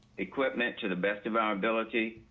equipment to the best of our ability.